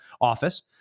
office